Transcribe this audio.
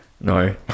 No